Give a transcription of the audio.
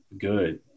good